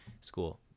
school